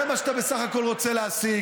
זה מה שאתה בסך הכול רוצה להשיג.